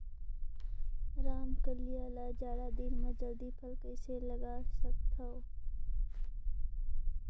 रमकलिया ल जाड़ा दिन म जल्दी फल कइसे लगा सकथव?